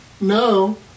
no